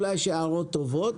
אולי יש הערות טובות,